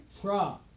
tra